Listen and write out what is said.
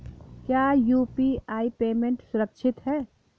क्या UPI payment सुरक्षित है?